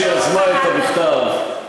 מי שיזמה את המכתב,